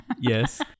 Yes